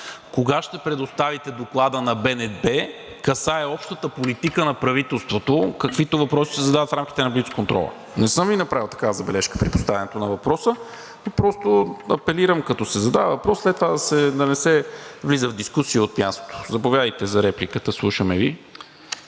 „Кога ще предоставите доклада на БНБ?“, касае общата политика на правителството, каквито въпроси се задават в рамките на блицконтрола? Не съм Ви направил такава забележка при поставянето на въпроса. Просто апелирам, като се задава въпрос, след това да не се влиза в дискусия от място. Заповядайте за репликата, слушаме Ви.